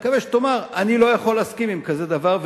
אני מקווה שתאמר: אני לא יכול להסכים עם כזה דבר,